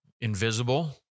invisible